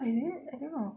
oh is it I don't know